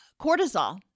cortisol